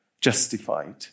justified